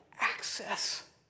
Access